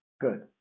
Good